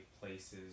places